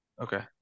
Okay